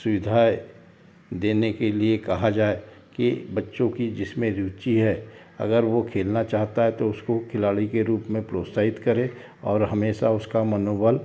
सुविधाएं देने के लिए कहा जाए कि बच्चों की जिसमें रूचि है अगर वो खेलना चाहता तो उसको खिलाड़ी के रूप में प्रोत्साहित करें और हमेशा उसका मनोबल